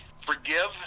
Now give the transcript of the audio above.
forgive